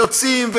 ויוצאים,